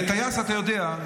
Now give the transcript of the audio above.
כטייס אתה יודע,